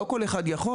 ולא כל אחד יכול.